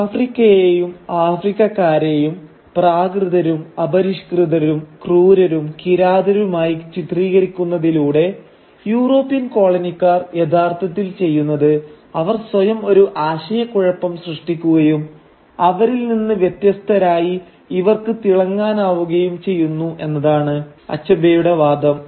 ആഫ്രിക്കയേയും ആഫ്രിക്കക്കാരെയും പ്രാകൃതരും അപരിഷ്കൃതരും ക്രൂരരും കിരാതരുമായി ചിത്രീകരിക്കുന്നതിലൂടെ യൂറോപ്യൻ കോളനിക്കാർ യഥാർത്ഥത്തിൽ ചെയ്യുന്നത് അവർ സ്വയം ഒരു ആശയക്കുഴപ്പം സൃഷ്ടിക്കുകയും അവരിൽ നിന്ന് വ്യത്യസ്തരായി ഇവർക്ക് തിളങ്ങാനാവുകയും ചെയ്യുന്നു എന്നതാണ് അച്ചബെയുടെ വാദം